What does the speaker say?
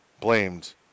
blamed